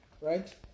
right